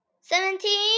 seventeen